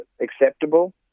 acceptable